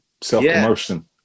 self-promotion